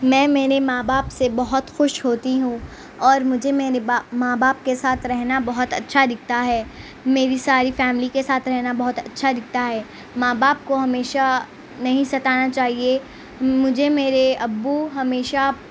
میں میرے ماں باپ سے بہت خوش ہوتی ہوں اور مجھے میرے با ماں باپ کے ساتھ رہنا بہت اچھا دکھتا ہے میری ساری فیملی کے ساتھ رہنا بہت اچھا دکھتا ہے ماں باپ کو ہمیشہ نہیں ستانا چاہیے مجھے میرے ابو ہمیشہ